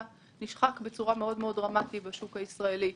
נשחק בצורה מאוד מאוד דרמטית בשוק הישראלי.